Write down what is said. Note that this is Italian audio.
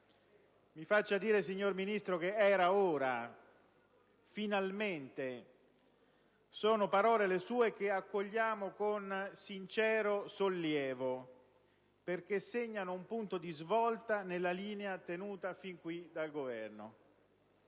Mi faccia dire, signor Ministro, che era ora. Finalmente! Accogliamo le sue parole con sincero sollievo perché segnano un punto di svolta nella linea tenuta fin qui dal Governo: